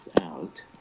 out